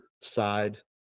side